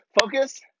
Focus